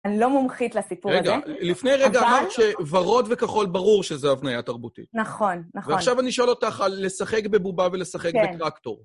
אני לא מומחית לסיפור הזה, אבל... רגע, לפני רגע אמרתי שוורוד וכחול ברור שזה הבנייה תרבותית. נכון, נכון. ועכשיו אני שואל אותך על לשחק בבובה ולשחק בטרקטור.